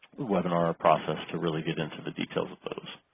webinar. a process to really get into the details of those